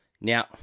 Now